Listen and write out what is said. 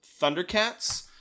Thundercats